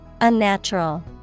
Unnatural